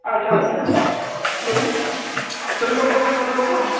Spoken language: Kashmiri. اَچھا اَچھا اَچھا تِلہٕ تِلہٕ گۅگُل چھا تِلہٕ گۅگُل